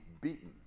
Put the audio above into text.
beaten